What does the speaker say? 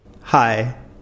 Hi